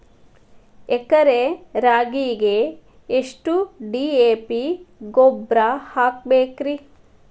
ಎಕರೆ ರಾಗಿಗೆ ಎಷ್ಟು ಡಿ.ಎ.ಪಿ ಗೊಬ್ರಾ ಹಾಕಬೇಕ್ರಿ?